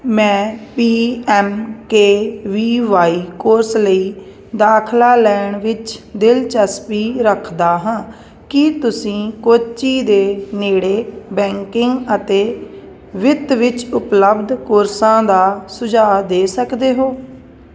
ਮੈਂ P M K V Y course ਲਈ ਦਾਖਲਾ ਲੈਣ ਵਿੱਚ ਦਿਲਚਸਪੀ ਰੱਖਦਾ ਹਾਂ ਕੀ ਤੁਸੀਂ ਕੋਚੀ ਦੇ ਨੇੜੇ ਬੈਂਕਿੰਗ ਅਤੇ ਵਿੱਤ ਵਿੱਚ ਉਪਲੱਬਧ ਕੋਰਸਾਂ ਦਾ ਸੁਝਾਅ ਦੇ ਸਕਦੇ ਹੋ